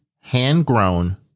hand-grown